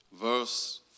verse